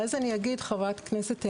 ואז אני אגיד, חברת הכנסת מיכל,